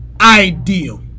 ideal